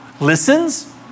listens